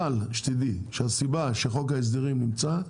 אבל, שתדעי שהסיבה שחוק ההסדרים נמצא,